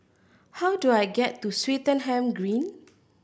how do I get to Swettenham Green